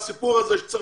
הסיפור הזה שצריך